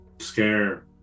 scare